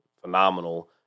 phenomenal